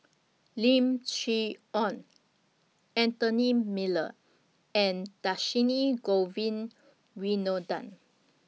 Lim Chee Onn Anthony Miller and Dhershini Govin Winodan